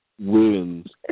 wins